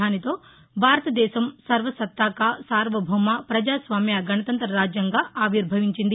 దానితో భారతదేశం సర్వ సత్తార్ సార్వభౌమ ప్రజాస్వామ్య గణతంత్ర రాజ్యంగా ఆవిర్భవించింది